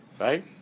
right